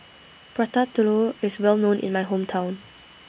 Prata Telur IS Well known in My Hometown